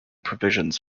provisions